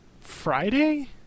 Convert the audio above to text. Friday